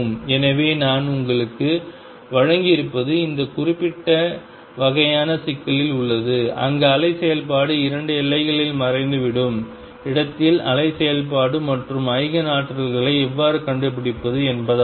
எனவே நான் உங்களுக்கு வழங்கியிருப்பது இந்த குறிப்பிட்ட வகையான சிக்கலில் உள்ளது அங்கு அலை செயல்பாடு இரண்டு எல்லைகளில் மறைந்துவிடும் இடத்தில் அலை செயல்பாடு மற்றும் ஈஜென் ஆற்றல்களை எவ்வாறு கண்டுபிடிப்பது என்பதாகும்